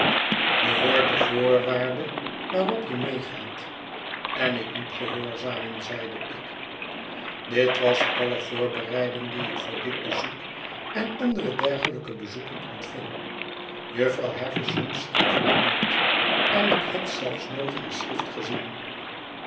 je hoort de voorwaarde waarop je meegaat en ik moet gehoorzamen zeide ik dit was alle voorbereiding die ik voor dit bezoek en andere dergelijke bezoeken ontving jufvrouw havisham schreef mij nooit en ik had zelfs nooit haar schrift gezien